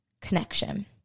connection